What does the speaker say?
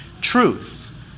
truth